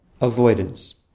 Avoidance